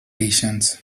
editions